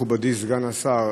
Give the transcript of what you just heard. מכובדי סגן השר,